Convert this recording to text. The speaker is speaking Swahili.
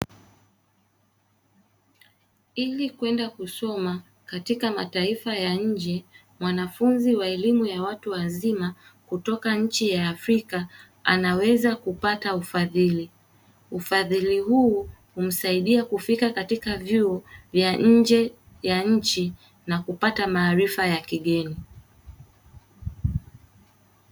Ili kwenda kusoma katika mataifa ya nje, mwanafunzi wa elimu ya watu wazima kutoka nchi ya afrika anaweza kupata ufadhili ufadhili huu humsaidia kufika katika vyuo vya nje ya nchi na kupata maarifa ya kigeni.